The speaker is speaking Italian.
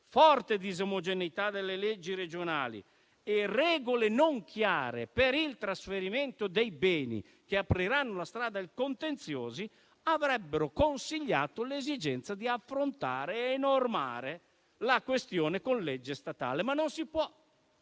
forte disomogeneità delle leggi regionali e regole non chiare per il trasferimento dei beni, che apriranno la strada ai contenziosi) avrebbero consigliato l'esigenza di affrontare e normare la questione con legge statale. Ma non si può,